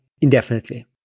indefinitely